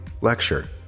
lecture